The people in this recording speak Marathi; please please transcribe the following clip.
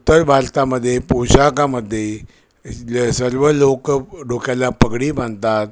उत्तर भारतामध्ये पोशाखामध्ये सर्व लोक डोक्याला पगडी बांधतात